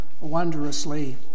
wondrously